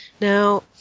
now